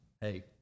Hey